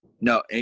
no